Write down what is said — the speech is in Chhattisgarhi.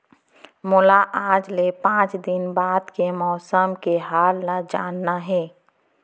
मोला आज ले पाँच दिन बाद के मौसम के हाल ल जानना हे?